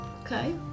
Okay